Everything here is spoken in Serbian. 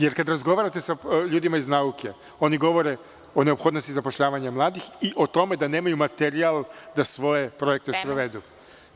Jer, kada razgovarate sa ljudima iz nauke, oni govore o neophodnosti zapošljavanja mladih i o tome da nemaju materijal da svoje projekte sprovedu.